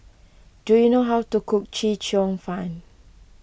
do you know how to cook Chee Cheong Fun